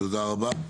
תודה רבה.